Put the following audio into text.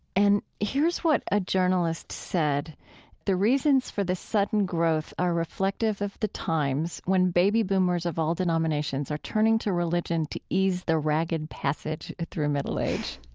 and here's what a journalist said the reasons for this sudden growth are reflective of the times when baby boomers of all denominations are turning to religion to ease the ragged passage through middle age.